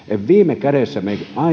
viime kädessä